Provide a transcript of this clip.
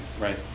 Right